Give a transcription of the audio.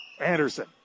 Anderson